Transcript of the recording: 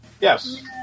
Yes